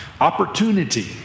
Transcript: opportunity